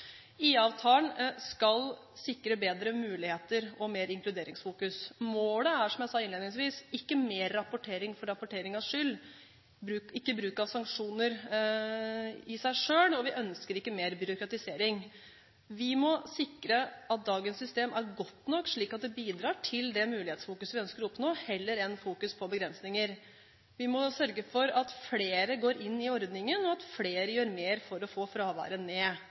skal sikre bedre muligheter og mer fokusering på inkludering. Målet er, som jeg sa innledningsvis, ikke mer rapportering for rapporteringens skyld og ikke bruk av sanksjoner i seg selv. Vi ønsker ikke mer byråkratisering. Vi må sikre at dagens system er godt nok, slik at det bidrar til den fokuseringen på muligheter vi ønsker å oppnå, heller enn at man fokuserer på begrensninger. Vi må sørge for at flere går inn i ordningen, og at flere gjør mer for å få fraværet ned.